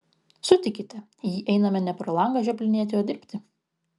sutikite į jį einame ne pro langą žioplinėti o dirbti